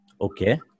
okay